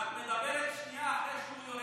ואת מדברת שנייה אחרי שהוא,